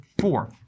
four